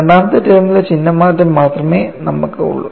രണ്ടാമത്തെ ടേമിലെ ചിഹ്ന മാറ്റം മാത്രമേ നമുക്ക് ഉള്ളൂ